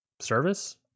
service